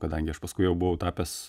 kadangi aš paskui jau buvau tapęs